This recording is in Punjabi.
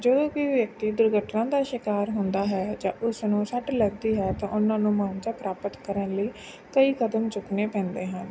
ਜਦੋਂ ਕੋਈ ਵੀ ਵਿਅਕਤੀ ਦੁਰਘਟਨਾ ਦਾ ਸ਼ਿਕਾਰ ਹੁੰਦਾ ਹੈ ਜਾਂ ਉਸ ਨੂੰ ਸੱਟ ਲੱਗਦੀ ਹੈ ਤਾਂ ਉਹਨਾਂ ਨੂੰ ਮੁਆਵਜ਼ਾ ਪ੍ਰਾਪਤ ਕਰਨ ਲਈ ਕਈ ਕਦਮ ਚੁੱਕਣੇ ਪੈਂਦੇ ਹਨ